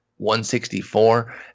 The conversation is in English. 164